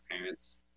parents